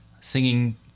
singing